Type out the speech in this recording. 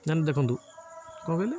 ନାଇଁ ନାଇଁ ଦେଖନ୍ତୁ କ'ଣ କହିଲେ